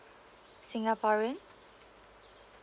singaporean